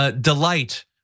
delight